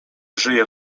żyje